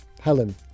Helen